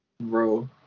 Bro